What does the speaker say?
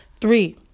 Three